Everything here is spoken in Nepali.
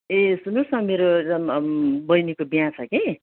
ए सुन्नुहोस् न मेरो बहिनीको बिहा छ कि